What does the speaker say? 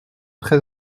très